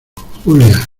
julia